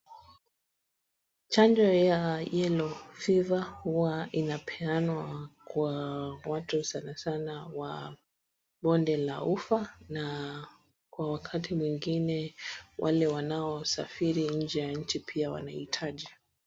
Chanjo ya yellow fever huwa inapeanwa kwa watu sana sana wa bonde la ufaa na kwa wakati mwingine wale wanaosafiri nje ya nchi pia wanaihitaji.